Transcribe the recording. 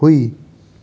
ꯍꯨꯏ